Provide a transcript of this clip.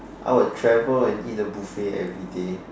I will travel and eat a buffet every day